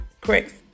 correct